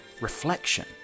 reflection